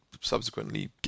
subsequently